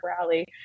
rally